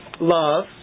love